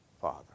Father